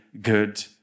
good